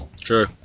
True